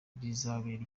rizabera